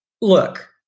look